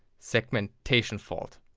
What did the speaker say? segmentation fault.